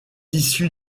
issu